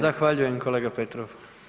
Zahvaljujem kolega Petrov.